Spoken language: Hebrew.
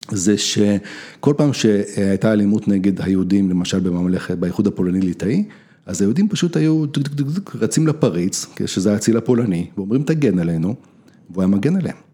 זה שכל פעם שהייתה אלימות נגד היהודים, למשל, בממלכת, באיחוד הפולני ליטאי, אז היהודים פשוט היו... רצים לפריץ, כי זה היה אציל הפולני, ואומרים, תגן עלינו, והוא היה מגן עליהם.